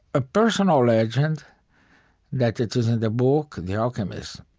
a personal legend that is in the book, the alchemist,